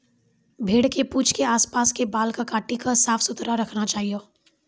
भेड़ के पूंछ के आस पास के बाल कॅ काटी क साफ सुथरा रखना चाहियो